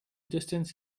distance